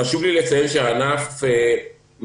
חשוב לי לציין שהענף מדמם